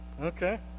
okay